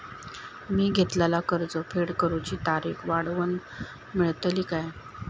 मी घेतलाला कर्ज फेड करूची तारिक वाढवन मेलतली काय?